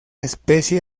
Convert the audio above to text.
especie